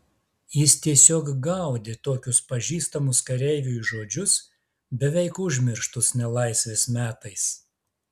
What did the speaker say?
jis tiesiog gaudė tokius pažįstamus kareiviui žodžius beveik užmirštus nelaisvės metais